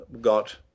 got